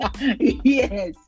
Yes